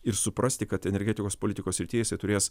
ir suprasti kad energetikos politikos srityje jisai turės